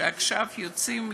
שעכשיו מגיעים לזיקנה,